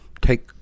take